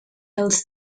als